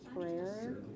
prayer